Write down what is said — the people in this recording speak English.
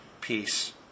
peace